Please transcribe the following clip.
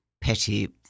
petty